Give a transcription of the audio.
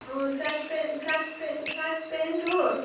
track pen track pen track paint हो